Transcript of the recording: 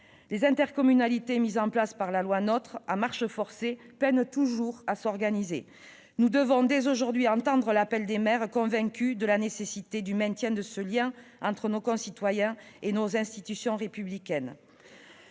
les intercommunalités mises en place à marche forcée par la loi NOTRe peinent toujours à s'organiser. Nous devons dès aujourd'hui entendre l'appel des maires, convaincus de la nécessité du maintien de ce lien entre nos concitoyens et nos institutions républicaines.